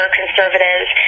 conservatives